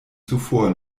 zuvor